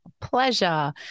pleasure